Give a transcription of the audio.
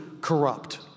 corrupt